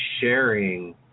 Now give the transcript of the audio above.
sharing